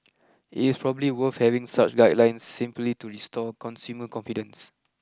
it is probably worth having such guidelines simply to restore consumer confidence